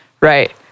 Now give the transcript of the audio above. right